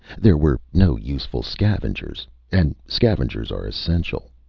there were no useful scavengers and scavengers are essential!